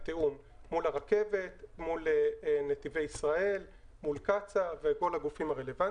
יש קו שהגיע לברזילי אבל לבית החולים,